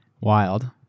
Wild